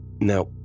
Now